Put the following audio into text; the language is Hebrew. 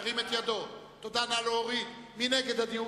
מי נגד?